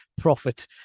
profit